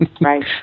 Right